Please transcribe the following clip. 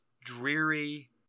dreary